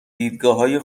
دیدگاههای